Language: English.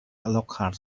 lockhart